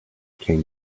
can